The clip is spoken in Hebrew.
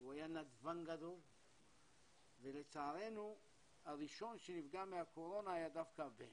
הוא היה נדבן גדול ולצערנו הראשון שנפגע מהקורונה היה דווקא הבן,